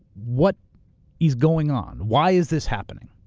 what is going on? why is this happening?